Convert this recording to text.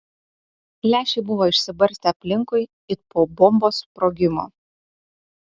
lęšiai buvo išsibarstę aplinkui it po bombos sprogimo